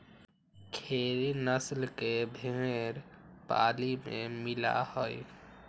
खेरी नस्ल के भेंड़ पाली में मिला हई